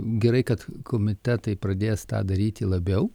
gerai kad komitetai pradės tą daryti labiau